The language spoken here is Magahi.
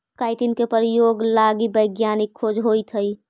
काईटिन के प्रयोग लगी वैज्ञानिक खोज होइत हई